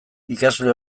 ikasle